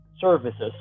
services